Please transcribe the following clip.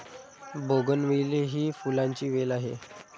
bougainvillea ही फुलांची वेल आहे